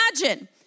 imagine